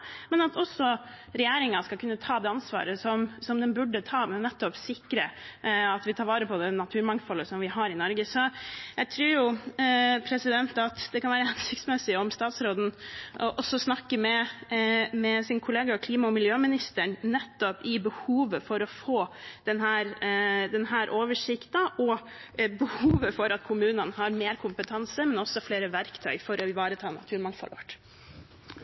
skal kunne ta det ansvaret som den burde ta for å sikre at vi tar vare på det naturmangfoldet vi har i Norge. Jeg tror det kan være hensiktsmessig om statsråden også snakker med sin kollega, klima- og miljøministeren, om nettopp behovet for å få en sånn oversikt og behovet for at kommunene har mer kompetanse og også flere verktøy for å ivareta naturmangfoldet vårt.